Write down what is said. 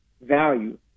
value